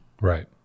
Right